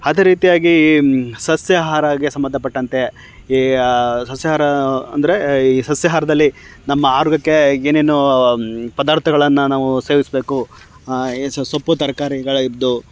ಅದೇ ರೀತಿಯಾಗಿ ಸಸ್ಯಾಹಾರಕ್ಕೆ ಸಂಬಂಧಪಟ್ಟಂತೆ ಈಗ ಸಸ್ಯಾಹಾರ ಅಂದರೆ ಈ ಸಸ್ಯಾಹಾರದಲ್ಲಿ ನಮ್ಮ ಆರೋಗ್ಯಕ್ಕೆ ಏನೇನು ಪದಾರ್ಥಗಳನ್ನು ನಾವು ಸೇವಿಸಬೇಕು ಏಸು ಸೊಪ್ಪು ತರಕಾರಿಗಳಿದ್ದು